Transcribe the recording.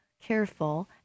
careful